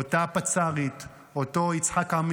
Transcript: אותה פצ"רית, אותו יצחק עמית,